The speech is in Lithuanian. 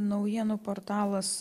naujienų portalas